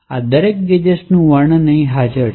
આ દરેક ગેજેટ્સ નું વર્ણન અહીં હાજર છે